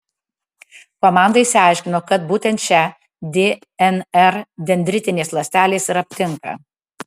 komanda išsiaiškino kad būtent šią dnr dendritinės ląstelės ir aptinka